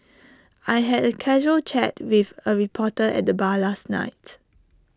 I had A casual chat with A reporter at the bar last night